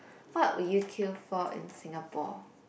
what would you queue for in Singapore